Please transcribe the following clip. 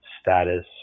status